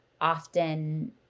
often